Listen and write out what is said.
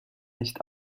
nicht